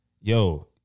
yo